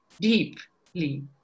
deeply